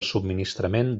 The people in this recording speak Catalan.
subministrament